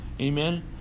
Amen